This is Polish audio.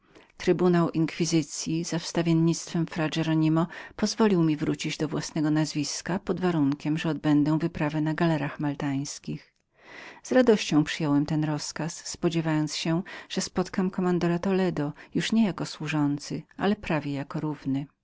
się nareszcie dwa lata mojej pokuty trybunał inkwizycyi pozwolił mi wrócić do własnego nazwiska pod warunkiem że odbędę wyprawę na galerach maltańskich z radością przyjąłem ten rozkaz spodziewając się że spotkam komandora toledo już nie jako służący ale prawie jako równy